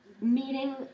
meeting